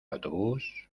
autobús